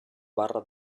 barra